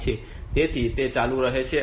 તેથી તે ચાલુ રહે છે